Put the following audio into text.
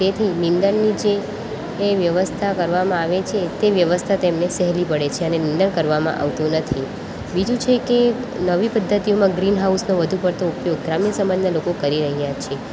તેથી નિંદણની જે એ વ્યવસ્થા કરવામાં આવે છે તે વ્યવસ્થા તેમને સહેલી પડે છે અને નીંદણ કરવામાં આવતું નથી બીજું છે કે નવી પદ્ધતિઓમાં ગ્રીનહાઉસનો વધુ પડતો ઉપયોગ ગ્રામ્ય સમાજના લોકો કરી રહ્યાં છે